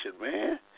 man